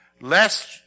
lest